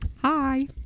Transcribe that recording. Hi